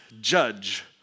judge